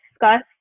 discuss